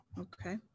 Okay